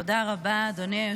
תודה רבה, אדוני.